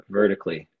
vertically